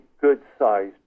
good-sized